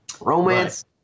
Romance